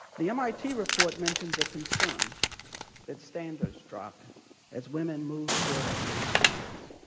the mit report mentions a concern that standards drop as women move toward equity in fields.